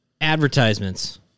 advertisements